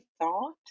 thought